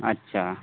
আচ্ছা